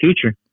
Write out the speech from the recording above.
future